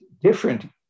different